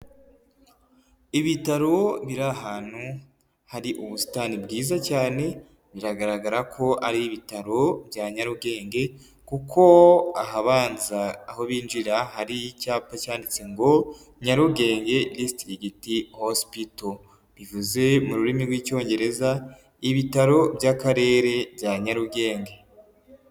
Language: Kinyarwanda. Ibitaro biri ahantu, hari ubusitani bwiza cyane, biragaragara ko ari ibitaro bya Nyarugenge, kuko ahabanza aho binjirira, hari icyapa cyanditse ngo, Nyarugenge District Hospital, bivuze mu rurimi rw'icyongereza, ibitaro by'Akarere bya Nyarugenge.